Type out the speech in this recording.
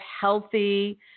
healthy